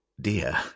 dear